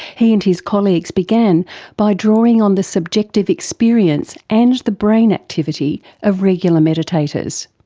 he and his colleagues began by drawing on the subjective experience and the brain activity of regular meditators.